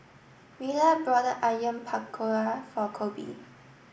Rella brought Onion Pakora for Coby